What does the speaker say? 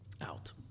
out